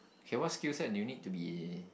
K what skill set do you need to be